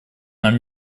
нам